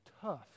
Tough